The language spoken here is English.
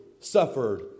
suffered